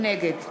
נגד